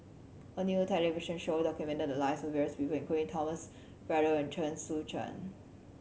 a new television show documented the lives of various people including Thomas Braddell and Chen Sucheng